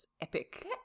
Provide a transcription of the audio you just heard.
epic